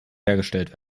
hergestellt